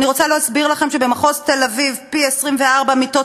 אני רוצה להסביר לכם שבמחוז תל-אביב יש פי-24 מיטות